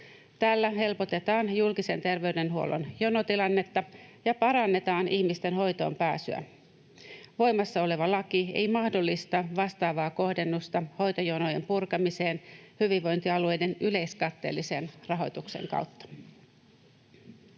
Tällä helpotetaan julkisen terveydenhuollon jonotilannetta ja parannetaan ihmisten hoitoonpääsyä. Voimassa oleva laki ei mahdollista vastaavaa kohdennusta hoitojonojen purkamiseen hyvinvointialueiden yleiskatteellisen rahoituksen kautta.